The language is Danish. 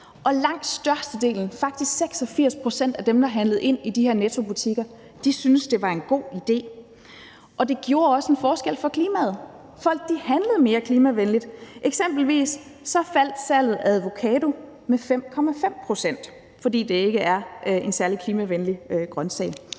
og langt størstedelen – faktisk 86 pct. – af dem, der handlede ind i de her i Nettobutikker, syntes, det var en god idé. Og det gjorde også en forskel for klimaet. Folk handlede mere klimavenligt. Eksempelvis faldt salget af avocadoer med 5,5 pct., fordi det ikke er en særlig klimavenlig grøntsag.